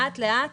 יותר הוא לאט-לאט